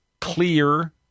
clear